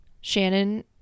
Shannon